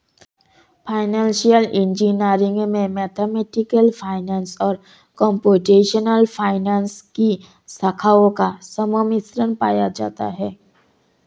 financial engineering में mathematical finance और computational finance की शाखाओं का सम्मिश्रण पाया जाता है